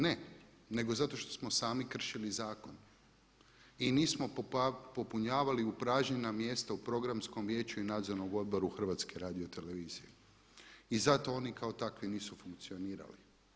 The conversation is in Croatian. Ne, nego zato što smo sami kršili zakon i nismo popunjavali upražnjena mjesta u Programskom vijeću i Nadzornom odboru HRT-a i zato oni kao takvi nisu funkcionirali.